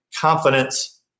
confidence